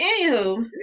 anywho